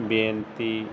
ਬੇਨਤੀ